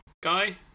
guy